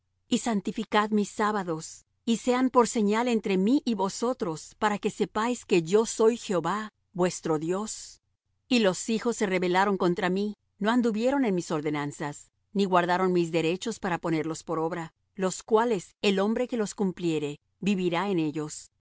y santificad mis sábados y sean por señal entre mí y vosotros para que sepáis que yo soy jehová vuestro dios y los hijos se rebelaron contra mí no anduvieron en mis ordenanzas ni guardaron mis derechos para ponerlos por obra los cuales el hombre que los cumpliere vivirá en ellos